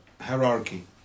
hierarchy